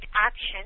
action